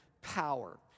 power